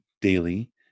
daily